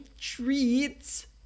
treats